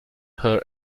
her